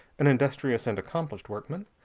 an industrious and accomplished workman.